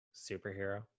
Superhero